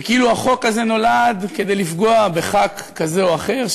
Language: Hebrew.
וכאילו החוק הזה נולד כדי לפגוע בח"כ כזה או אחר,